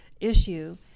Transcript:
issue